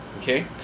okay